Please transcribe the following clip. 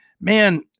Man